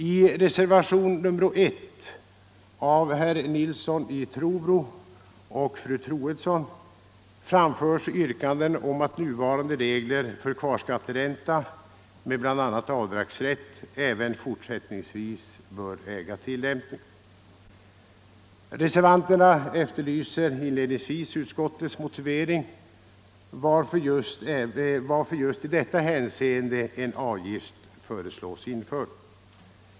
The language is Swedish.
I reservationen 1 av herr Nilsson i Trobro och fru Troedsson framförs yrkande om att nuvarande regler för kvarskatteränta med bl.a. avdragsrätt även fortsättningsvis bör äga tillämpning. Reservanterna efterlyser inledningsvis utskottets motivering till varför just i detta hänseende en avgift föreslås införd.